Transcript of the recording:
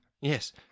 Yes